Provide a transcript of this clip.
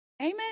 Amen